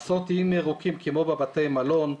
לעשות איים ירוקים כמו בבתי המלון,